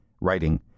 writing